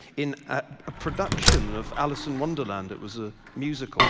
in ah a production of alice in wonderland that was a musical